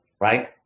right